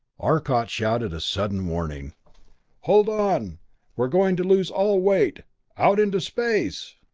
arcot shouted a sudden warning hold on we're going to lose all weight out into space!